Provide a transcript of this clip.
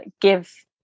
give